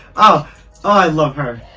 oh i love her!